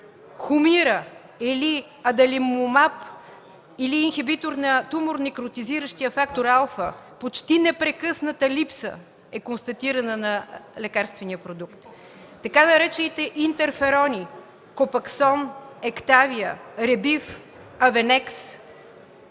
хумира или аделимомат или инхибитор на тумор некротизиращия фактор „Алфа” – почти непрекъсната липса е констатирана на лекарствения продукт, така наречените „интерферони” – копаксон, ектавия, ребиф, авонекс.